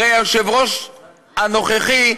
הרי היושב-ראש הנוכחי,